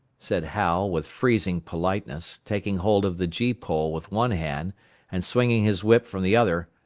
said hal, with freezing politeness, taking hold of the gee-pole with one hand and swinging his whip from the other.